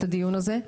את הדיון הזה.